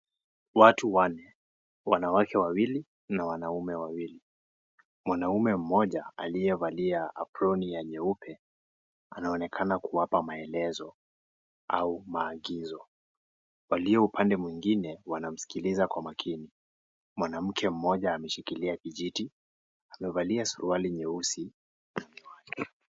Watu wane wanawake wawili na wanaume wawili ,mwanaume mmoja aliyevalia aproni ya nyeupe anaonekana kuwapa maelezo au maagizo, walio upande mwigine wanamsikiliza kwa makini , mwanamke mmoja ameshikilia kijiti amevalia suruali nyeusi na miwani.